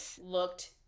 looked